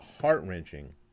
heart-wrenching